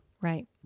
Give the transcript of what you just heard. Right